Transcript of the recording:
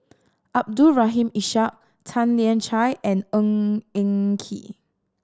Abdul Rahim Ishak Tan Lian Chye and Ng Eng Kee